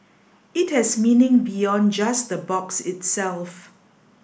it has meaning beyond just the box itself